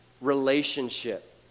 relationship